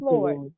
Lord